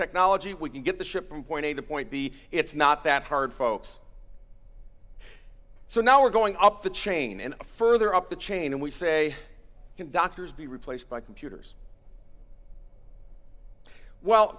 technology we can get the ship from point a to point b it's not that hard folks so now we're going up the chain and further up the chain and we say can doctors be replaced by computers well